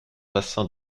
bassin